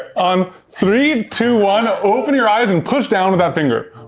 on three, two, one. open your eyes and push down with that finger.